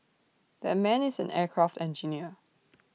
that man is an aircraft engineer